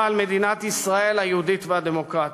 על מדינת ישראל היהודית והדמוקרטית.